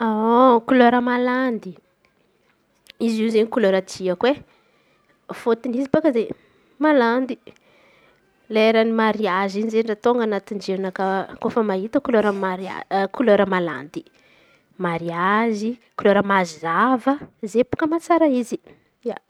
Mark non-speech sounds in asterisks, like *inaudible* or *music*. *hesitation* Kolera malandy, izy io izen̈y kolera tiako e. Fôtony izy bôaka izen̈y malandy lera ny mariazy in̈y bôaka anatiny jerinakà rehefa mahita kolera mariazy kolera malandy. Malandy kolera mazava zay bôaka mahatsara izy.